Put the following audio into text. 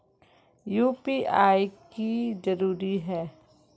UPI की जरूरी है?